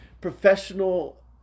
professional